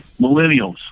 millennials